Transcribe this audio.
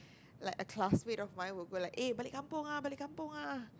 like a classmate of my will go like eh balik kampung ah balik kampung ah